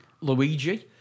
Luigi